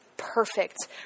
perfect